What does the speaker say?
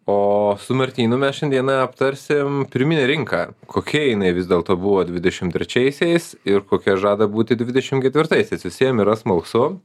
ooo su martynu mes šiandieną aptarsim pirminę rinką kokia jinai vis dėlto buvo dvidešimt trečiaisiais ir kokia žada būti dvidešimt ketvirtaisiais visiem yra smalsu